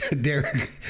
Derek